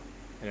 an